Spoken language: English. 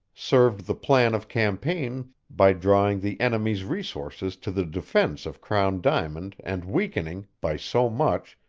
served the plan of campaign by drawing the enemy's resources to the defense of crown diamond and weakening, by so much,